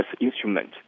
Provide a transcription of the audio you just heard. instrument